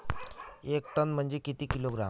एक टन म्हनजे किती किलोग्रॅम?